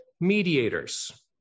mediators